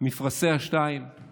מפרשיה שניים /